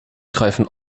greifen